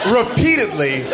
repeatedly